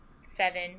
seven